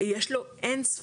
יש לו אינספור,